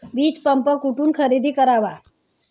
वीजपंप कुठून खरेदी करावा?